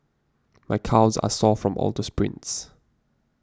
my calves are sore from all to sprints